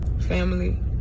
family